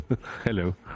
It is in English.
hello